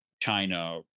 China